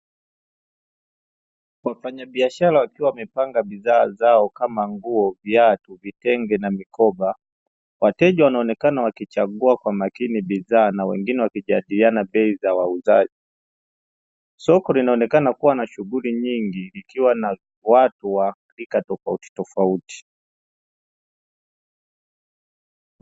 Wafanyabiashara wakiwa wamepanga bidhaa zao kama nguo, viatu, vitenge na mikoba wateja wanaonekana wakichagua kwa makini bidhaa na wengine wakijadiliana bei za wauzaji. Soko linaonekana kuwa na shughuli nyingi likiwa na watu wa rika tofauti tofauti.